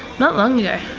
not long yeah